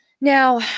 Now